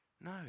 No